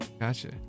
Gotcha